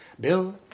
Bill